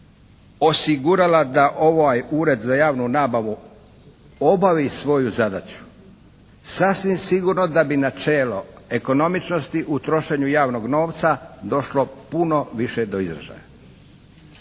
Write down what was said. osigurala da ovaj Ured za javnu nabavu obavi svoju zadaću, sasvim sigurno da bi načelo ekonomičnosti u trošenju javnog novca došlo puno više do izražaja.